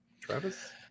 travis